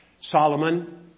Solomon